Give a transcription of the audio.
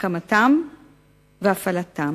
הקמתם והפעלתם.